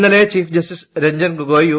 ഇന്നലെ chief justice Ranjan Gogoi U